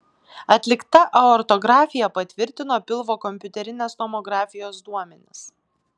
atlikta aortografija patvirtino pilvo kompiuterinės tomografijos duomenis